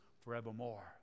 forevermore